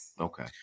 Okay